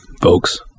folks